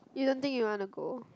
you don't think you wanna go